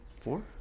four